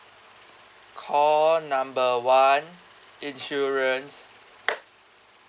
call number one insurance